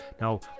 Now